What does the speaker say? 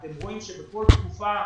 אתם רואים שבכל התקופה,